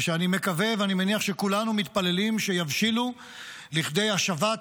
ואני מקווה ואני מניח שכולנו מתפללים שיבשילו לכדי השבת